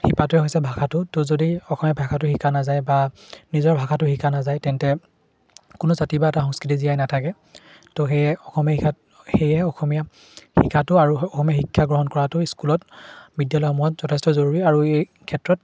শিপাটোৱে হৈছে ভাষাটো তো যদি অসমীয়া ভাষাটো শিকা নাযায় বা নিজৰ ভাষাটো শিকা নাযায় তেন্তে কোনো জাতি বা এটা সংস্কৃতি জীয়াই নাথাকে তো সেয়ে অসমীয়া শিকাত সেয়ে অসমীয়া শিকাটো আৰু অসমীয়া শিক্ষা গ্ৰহণ কৰাটো স্কুলত বিদ্যালয়সমূহত যথেষ্ট জৰুৰী আৰু এই ক্ষেত্ৰত